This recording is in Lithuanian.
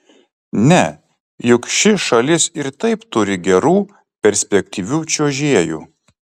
ne juk ši šalis ir taip turi gerų perspektyvių čiuožėjų